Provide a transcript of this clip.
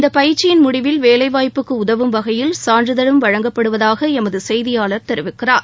இந்த பயிற்சியின் முடிவில் வேலைவாய்ப்புக்கு உதவும் வகையில் சான்றிதழும் வழங்கப்படுவதாக எமது செய்தியாளர் தெரிவிக்கிறார்